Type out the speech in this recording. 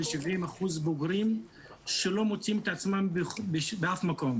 ל-70% בוגרים שלא מוצאים את עצמם באף מקום,